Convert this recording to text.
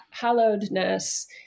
hallowedness